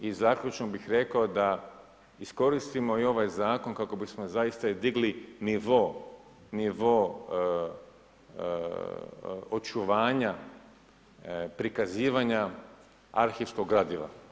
I zaključno bih rekao da iskoristimo i ovaj zakon kako bismo zaista digli nivo očuvanja prikazivanja arhivskog gradiva.